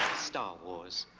star wars